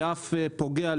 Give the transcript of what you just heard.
שאף פוגע,